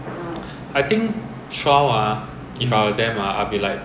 or or let's say if we're from uh